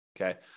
Okay